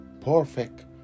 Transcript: perfect